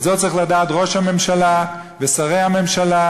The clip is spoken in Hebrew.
את זאת צריכים לדעת ראש הממשלה ושרי הממשלה